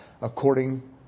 according